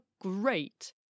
great